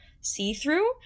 see-through